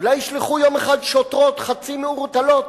אולי ישלחו יום אחד שוטרות חצי מעורטלות